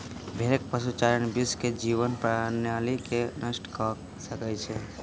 भेड़क पशुचारण विश्व के जीवन प्रणाली के नष्ट कय सकै छै